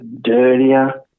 dirtier